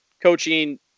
Coaching